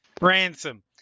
Ransom